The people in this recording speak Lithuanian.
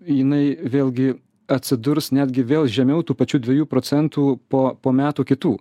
jinai vėlgi atsidurs netgi vėl žemiau tų pačių dviejų procentų po po metų kitų